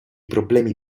problemi